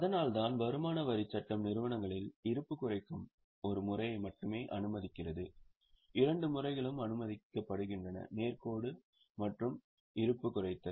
அதனால்தான் வருமான வரிச் சட்டம் நிறுவனங்களில் இருப்பு குறைக்கும் ஒரு முறையை மட்டுமே அனுமதிக்கிறது இரண்டு முறைகளும் அனுமதிக்கப்படுகின்றன நேர் கோடு மற்றும் இருப்பு குறைத்தல்